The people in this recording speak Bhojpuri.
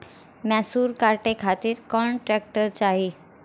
मैसूर काटे खातिर कौन ट्रैक्टर चाहीं?